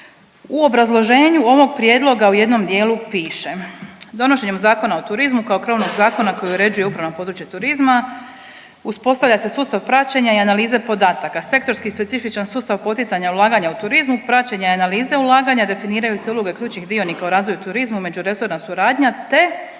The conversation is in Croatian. U obrazloženju ovog prijedloga u jednom dijelu piše, donošenjem Zakona o turizmu kao krovnog zakona koji uređuje upravno područje turizma, uspostavlja se sustav praćenja i analize podataka, sektorski specifičan sustav poticanja ulaganja u turizmu praćenja analize ulaganja, definiraju se uloge ključnih dionika u razvoju turizma, međuresorna suradnja te